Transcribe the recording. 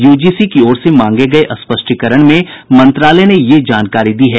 UGC की ओर से मांगे गये स्पष्टीकरण में मंत्रालय ने यह जानकारी दी है